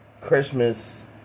Christmas